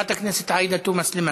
חברת הכנסת עאידה תומא סלימאן,